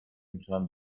میتونم